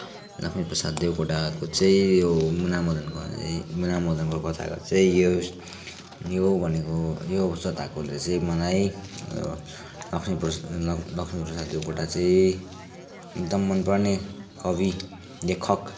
लक्ष्मीप्रसाद देवकोटाको चाहिँ यो मुनामदन ए मुनामदनको कथाको चाहिँ यो यो भनेको यो सताएकोले चाहिँ मलाई लक्ष्मीप्रसाद लक्ष्मीप्रसाद देवकोटा चाहिँ एकदम मनपर्ने कवि लेखक